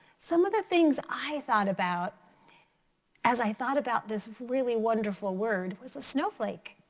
some of the things i thought about as i thought about this really wonderful word was a snowflake.